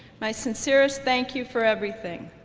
my sincerest thank you for everything.